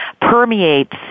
permeates